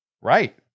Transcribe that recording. Right